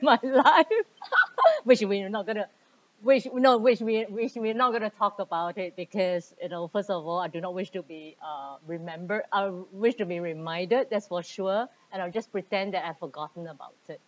of my life which we are not going to which we no which we which we are not going to talk about it because you know first of all I do not wish to be uh remembered or wish to be reminded that's for sure and I'll just pretend that I've forgotten about it